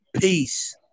Peace